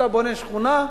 אתה בונה שכונה,